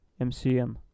MCN